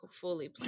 fully